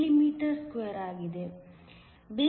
02 mm2 ಆಗಿದೆ